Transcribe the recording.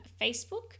Facebook